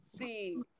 see